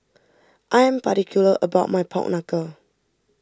I am particular about my Pork Knuckle